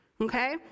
okay